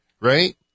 right